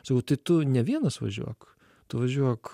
sakau tai tu ne vienas važiuok tu važiuok